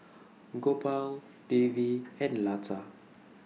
Gopal Devi and Lata